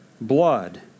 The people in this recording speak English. blood